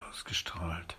ausgestrahlt